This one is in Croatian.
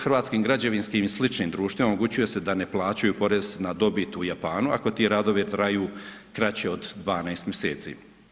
Hrvatskim građevinskim i sličnim društvima omogućuje se da ne plaćaju porez na dobit u Japanu ako ti radovi traju kraće od 12 mjeseci.